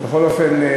בכל אופן,